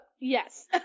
Yes